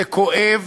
זה כואב,